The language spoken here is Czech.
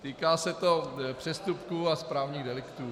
Týká se to přestupků a správních deliktů.